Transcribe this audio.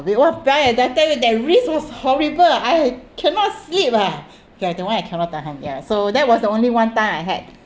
!wahpiang! eh did I tell you that risk was horrible I cannot sleep ah okay that [one] I cannot tahan ya so that was the only one time I had